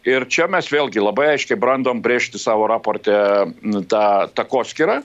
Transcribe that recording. ir čia mes vėlgi labai aiškiai bandom brėžti savo raporte tą takoskyrą